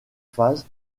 phase